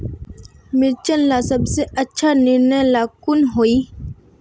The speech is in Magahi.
मिर्चन ला सबसे अच्छा निर्णय ला कुन होई?